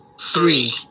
three